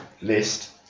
list